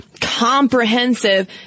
comprehensive